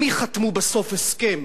עם מי חתמו בסוף הסכם,